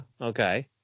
okay